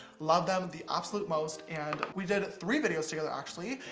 love them the absolute most. and we did three videos together actually,